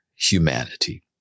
humanity